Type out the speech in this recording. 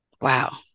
Wow